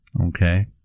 okay